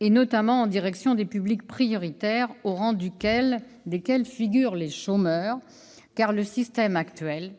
notamment en direction des publics prioritaires, au premier rang desquels figurent les chômeurs, car le système actuel,